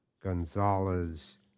gonzalez